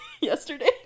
Yesterday